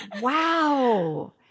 wow